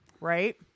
right